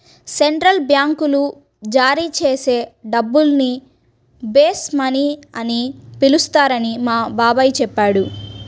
central బ్యాంకులు జారీ చేసే డబ్బుల్ని బేస్ మనీ అని పిలుస్తారని మా బాబాయి చెప్పాడు